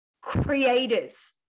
creators